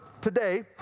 today